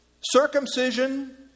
Circumcision